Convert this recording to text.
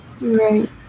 Right